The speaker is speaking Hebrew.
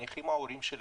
נניח ההורים שלי,